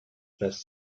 lässt